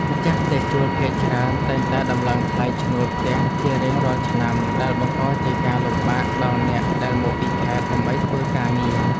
ម្ចាស់ផ្ទះជួលភាគច្រើនតែងតែដំឡើងថ្លៃឈ្នួលផ្ទះជារៀងរាល់ឆ្នាំដែលបង្កជាការលំបាកដល់អ្នកដែលមកពីខេត្តដើម្បីធ្វើការងារ។